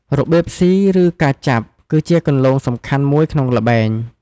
របៀបស៊ី ឬការចាប់ គឺជាគន្លងសំខាន់មួយក្នុងល្បែង។